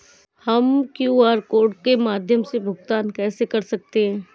हम QR code के माध्यम से भुगतान कैसे कर सकते हैं?